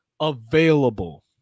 available